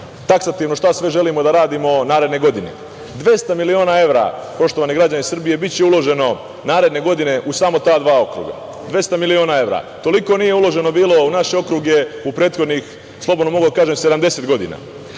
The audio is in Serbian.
taksativno šta sve želimo da radimo naredne godine. Dvesta miliona evra, poštovani građani Srbije, biće uloženo naredne godine u samo ta dva okruga. Toliko nije bilo uloženo u naše okruge u prethodnih, slobodno mogu da kažem, 70 godina. Imaćemo